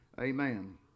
Amen